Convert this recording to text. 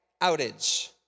outage